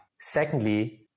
Secondly